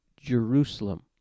Jerusalem